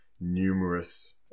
numerous